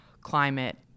climate